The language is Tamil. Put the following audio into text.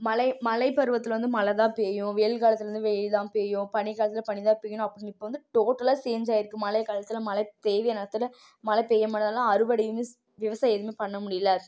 மழை மழைப் பருவத்தில் வந்து மழை தான் பெய்யும் வெயில் காலத்தில் வந்து வெயில் தான் பெய்யும் பனி காலத்தில் பனி தான் பெய்யும்னு அப்பிடின்னு சொல்லி இப்போ வந்து டோட்டலாக சேஞ்ச் ஆகியிருக்கு மழை காலத்தில் மழை தேவை நேரத்தில் மழை பெய்ய மாட்டததால அறுவடையும் விவசாயம் எதுவுமே பண்ண முடியலை